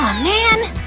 um man.